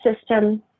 system